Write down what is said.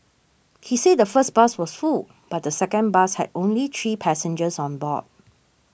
he said the first bus was full but the second bus had only three passengers on board